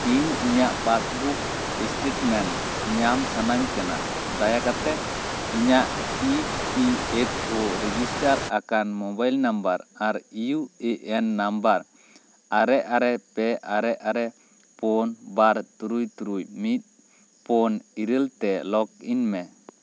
ᱤᱧ ᱤᱧᱟᱹᱜ passbook statement ᱧᱟᱢ ᱥᱟᱥᱟᱹᱧ ᱠᱟᱱᱟ ᱫᱟᱭᱟ ᱠᱟᱛᱮ ᱤᱧᱟᱹᱜ E P F O register ᱟᱠᱟᱱ ᱢᱳᱵᱟᱭᱤᱞ ᱱᱟᱢᱵᱟᱨ ᱟᱨ ᱤᱭᱩ ᱮ ᱮᱱ ᱱᱟᱢᱵᱟᱨ ᱟᱨᱮ ᱟᱨᱮ ᱯᱮ ᱟᱨᱮ ᱟᱨᱮ ᱯᱳᱱ ᱵᱟᱨ ᱛᱩᱨᱩᱭ ᱛᱩᱨᱩᱭ ᱢᱤᱫ ᱯᱳᱱ ᱤᱨᱟᱹᱞ ᱛᱮ ᱞᱚᱜᱤᱱ ᱢᱮ